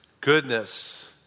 goodness